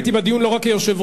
הייתי בדיון לא רק כיושב-ראש,